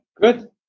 good